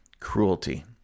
cruelty